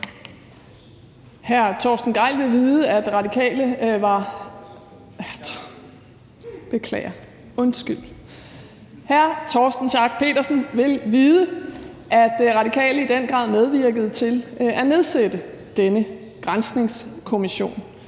Pedersen vil vide, at De Radikale i den grad medvirkede til at nedsætte denne granskningskommission,